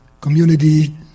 community